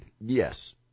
Yes